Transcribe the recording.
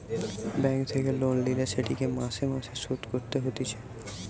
bank থেকে loan লিলে সেটিকে মাসে মাসে শোধ করতে হতিছে